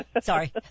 Sorry